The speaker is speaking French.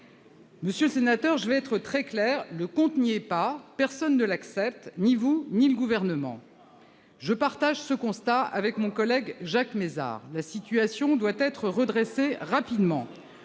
Monsieur le sénateur, je vais être très claire : le compte n'y est pas. Ah ! Personne ne l'accepte, ni vous ni le Gouvernement. Je partage ce constat avec mon collègue Jacques Mézard : la situation doit être redressée rapidement.